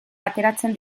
ateratzen